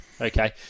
Okay